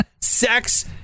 Sex